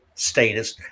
Status